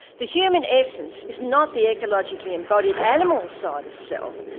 the human essence is not the ecologically embodied animal side of self,